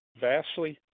vastly